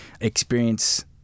experience